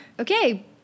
Okay